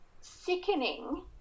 sickening